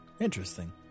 Interesting